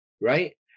right